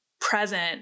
present